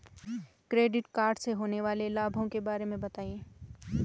Credit card से होने वाले लाभों के बारे में बताएं?